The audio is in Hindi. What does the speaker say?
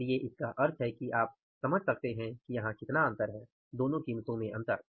इसलिए इसका मतलब है कि आप समझ सकते हैं कि यहाँ कितना अंतर हैं कीमत में अंतर